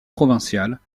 provinciales